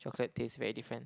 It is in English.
chocolate taste very different